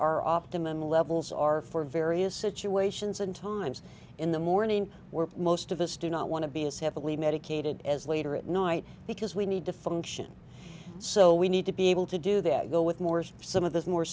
optimum levels are for various situations and times in the morning we're most of us do not want to be as heavily medicated as later at night because we need to function so we need to be able to do that go with moore's some of those more